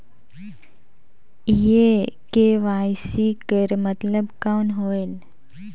ये के.वाई.सी कर मतलब कौन होएल?